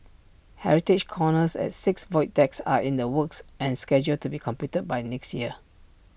heritage corners at six void decks are in the works and scheduled to be completed by next year